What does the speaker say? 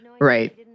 Right